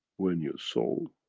when your soul